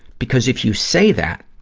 because if you say that,